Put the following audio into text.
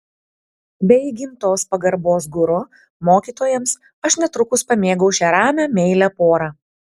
be įgimtos pagarbos guru mokytojams aš netrukus pamėgau šią ramią meilią porą